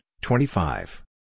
twenty-five